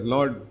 Lord